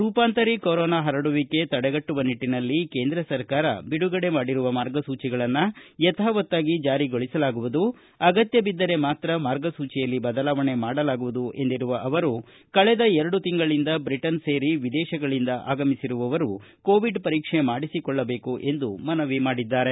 ರೂಪಾಂತರಿ corona ಹರಡುವಿಕೆ ತಡೆಗಟ್ಟುವ ನಿಟ್ಟಿನಲ್ಲಿ ಕೇಂದ್ರ ಸರ್ಕಾರ ಬಿಡುಗಡೆ ಮಾಡಿರುವ ಮಾರ್ಗಸೂಚಿಗಳನ್ನು ಯಥಾವತ್ತಾಗಿ ಜಾರಿಗೊಳಿಸಲಾಗುವುದು ಅಗತ್ತಬಿದ್ದರೆ ಮಾತ್ರ ಮಾರ್ಗಸೂಚಿಯಲ್ಲಿ ಬದಲಾವಣೆ ಮಾಡಲಾಗುವುದು ಎಂದಿರುವ ಅವರು ಕಳೆದ ಎರಡು ತಿಂಗಳಿಂದ ಬ್ರಿಟನ್ ಸೇರಿ ವಿದೇಶಗಳಿಂದ ಆಗಮಿಸಿರುವವರು ಕೋವಿಡ್ ಪರೀಕ್ಷೆ ಮಾಡಿಸಿಕೊಳ್ಳಬೇಕು ಎಂದು ಯಡಿಯೂರಪ್ಪ ಮನವಿ ಮಾಡಿದ್ದಾರೆ